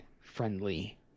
friendly